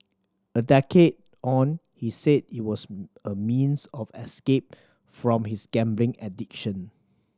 a decade on he said it was a means of escape from his gambling addiction